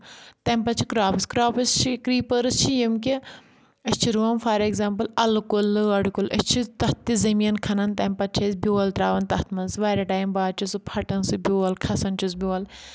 تَمہِ پَتہٕ چھِ کراپٕس کراپٕس چھِ کرٛیٖپٲرٕس چھِ یِم کہِ أسۍ چھِ رُوَان فار ایٚگزامپٕل الہٕ کُل لٲر کُل أسۍ چھِ تَتھ تہِ زٔمیٖن کھَنن تَمہِ پَتہٕ چھِ أسۍ بیول ترٛاوَان تَتھ منٛز واریاہ ٹایم باد چھُ سُہ پھٹان سُہ بیول کھَسَن چھُس بیول